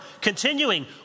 Continuing